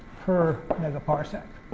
per megaparsec.